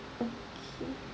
okay